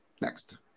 Next